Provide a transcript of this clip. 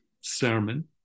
sermon